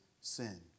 sin